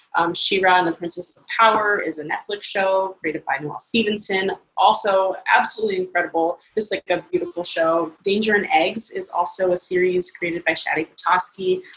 um she-ra and the princess of power is a netflix show created by noelle stevenson. also, absolutely incredible, just like a beautiful show, danger and eggs is also a series created by shadi petosky,